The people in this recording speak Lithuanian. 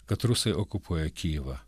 kad rusai okupuoja kijivą